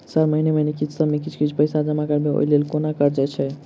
Sir महीने महीने किस्तसभ मे किछ कुछ पैसा जमा करब ओई लेल कोनो कर्जा छैय?